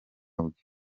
bwe